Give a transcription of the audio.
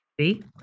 See